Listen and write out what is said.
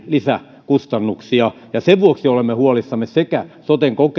lisäkustannuksia niin sen vuoksi olemme huolissamme sekä soten